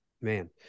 Man